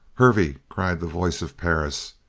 hervey, cried the voice of perris,